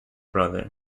brother